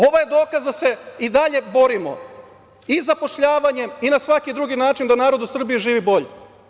Ovo je dokaz da se i dalje borimo i zapošljavanjem i na svaki drugi način da narod u Srbiji živi bolje.